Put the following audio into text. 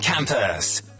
campus